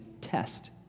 test